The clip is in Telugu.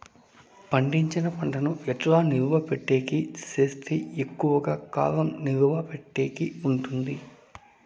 పండించిన పంట ను ఎట్లా నిలువ పెట్టేకి సేస్తే ఎక్కువగా కాలం నిలువ పెట్టేకి ఉంటుంది?